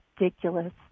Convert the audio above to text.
ridiculous